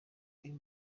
uyu